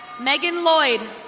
megan loyd.